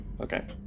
Okay